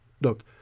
look